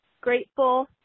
grateful